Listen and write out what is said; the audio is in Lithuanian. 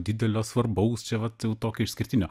didelio svarbaus čia vat jau tokio išskirtinio